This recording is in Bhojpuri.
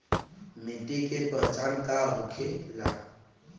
मिट्टी के पहचान का होखे ला?